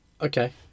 Okay